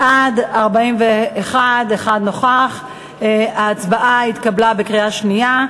בעד, 41. ההצעה התקבלה בקריאה שנייה.